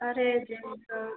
अरे जीन्स और